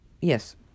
Yes